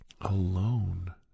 alone